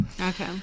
Okay